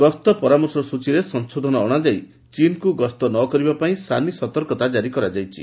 ଗସ୍ତ ପରାମର୍ଶ ସ୍ୱଚୀରେ ସଂଶୋଧନ ଅଣାଯାଇ ଚୀନକୁ ଗସ୍ତ ନ କରିବା ପାଇଁ ସାନି ସତର୍କତା କାରି କରାଯାଇଛି